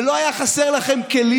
ולא היו חסרים לכם כלים.